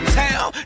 town